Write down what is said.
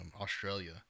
australia